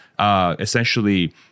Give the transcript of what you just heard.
essentially